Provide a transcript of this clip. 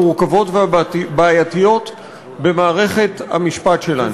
המורכבות והבעייתיות במערכת המשפט שלנו.